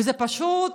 וזה פשוט